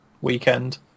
weekend